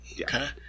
Okay